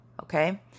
Okay